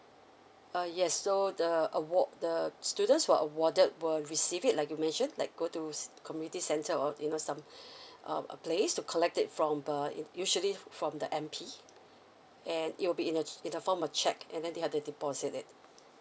uh yes so the award the students who are awarded will receive it like you mention like go to community centre or you know some um a place to collect it from uh usually fro~ from the M_P and it will be in a in a form of check and then they have to deposit it